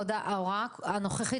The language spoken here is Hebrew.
ההוראה הנוכחית,